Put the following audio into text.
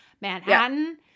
Manhattan